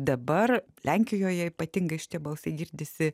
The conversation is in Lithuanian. dabar lenkijoje ypatingai šitie balsai girdisi